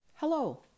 Hello